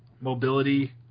Mobility